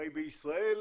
הרי בישראל